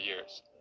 years